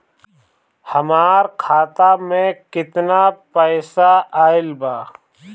हमार खाता मे केतना पईसा आइल बा?